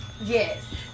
yes